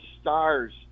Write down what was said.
stars